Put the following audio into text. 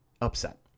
upset